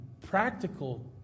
practical